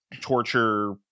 Torture